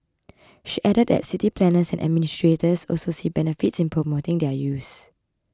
she added that city planners and administrators also see benefits in promoting their use